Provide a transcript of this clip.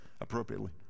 appropriately